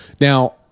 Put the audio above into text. now